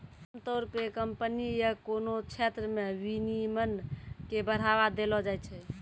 आमतौर पे कम्पनी या कोनो क्षेत्र मे विनियमन के बढ़ावा देलो जाय छै